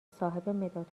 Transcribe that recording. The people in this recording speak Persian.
صاحب